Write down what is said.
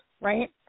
right